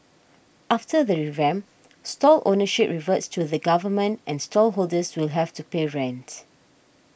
after the revamp stall ownership reverts to the Government and stall holders will have to pay rent